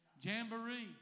Jamboree